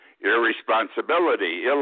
irresponsibility